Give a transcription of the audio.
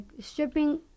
stripping